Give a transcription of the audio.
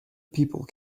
people